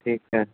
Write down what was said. ठीकु आहे